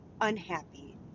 unhappy